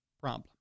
problem